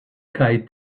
kaj